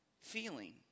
feeling